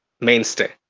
mainstay